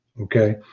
Okay